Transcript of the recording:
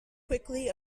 quickly